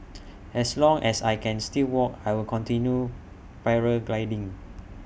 as long as I can still walk I will continue paragliding